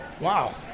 wow